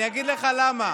אני אגיד לך למה.